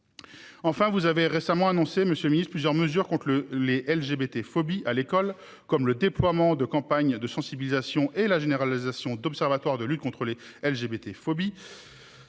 Enfin vous avez récemment annoncé monsieur Ministre plusieurs mesures contre le LGBT phobies à l'école comme le déploiement de campagnes de sensibilisation et la généralisation d'observatoires, de lutte contre les LGBT phobies.